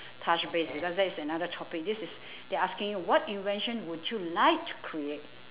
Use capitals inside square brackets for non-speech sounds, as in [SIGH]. touch base because that is another topic this is [BREATH] they're asking you what invention would you like to create`